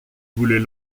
voulait